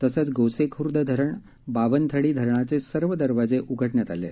तसंच गोसेखूर्द धरण बावनथडी धरणाचे सर्व दरवाजे उघडण्यात आले आहेत